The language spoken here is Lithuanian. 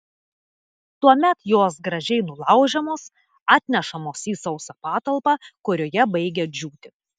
tuomet jos gražiai nulaužiamos atnešamos į sausą patalpą kurioje baigia džiūti